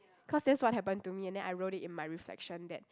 cause that's what happened to me and then I wrote it in my reflection that